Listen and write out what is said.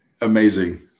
amazing